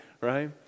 Right